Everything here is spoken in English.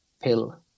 pill